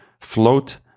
Float